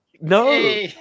No